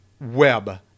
web